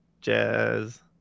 Jazz